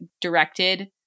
directed